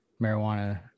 marijuana